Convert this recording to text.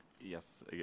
Yes